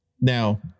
Now